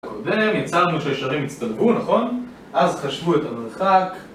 הקודם יצרנו שהישרים יצטלבו, נכון? אז חשבו את המרחק